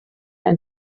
ein